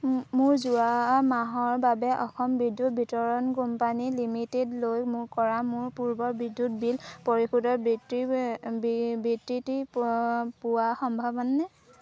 মোৰ মাহৰ বাবে অসম বিদ্যুৎ বিতৰণ কোম্পানী লিমিটেডলৈ মোৰ কৰা মোৰ পূৰ্বৰ বিদ্যুৎ বিল পৰিশোধৰ বিবৃতি পোৱা সম্ভৱনে